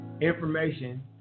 information